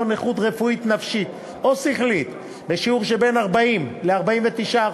נכות רפואית נפשית או שכלית בשיעור שבין 40% ל-49%,